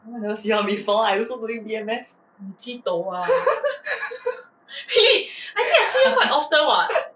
never see her before I also doing B_M_S